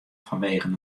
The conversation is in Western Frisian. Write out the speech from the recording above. fanwegen